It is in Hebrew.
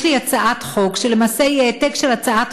יש לי הצעת חוק שלמעשה היא העתק של הצעת